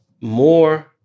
more